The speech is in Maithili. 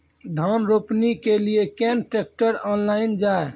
धान रोपनी के लिए केन ट्रैक्टर ऑनलाइन जाए?